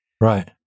Right